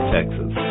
Texas